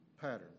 pattern